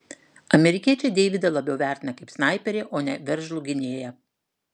amerikiečiai deividą labiau vertina kaip snaiperį o ne veržlų gynėją